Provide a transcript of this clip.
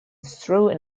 through